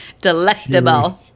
delectable